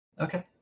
okay